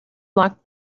locked